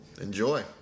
enjoy